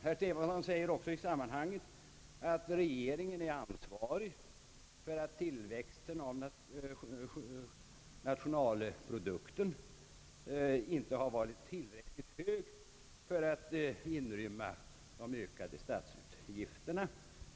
Herr Stefanson säger också i sammanhanget att regeringen är ansvarig för att tillväxten av nationalprodukten inte har varit tillräckligt stor för att inrymma de ökade statsutgifterna.